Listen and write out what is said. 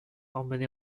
emmené